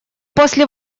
после